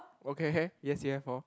okay yes you have hor